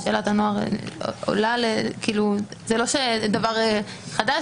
זה לא דבר חדש,